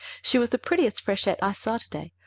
she was the prettiest freshette i saw today,